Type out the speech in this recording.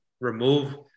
remove